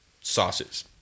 sauces